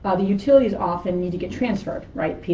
ah the utilities often need to get transferred, right?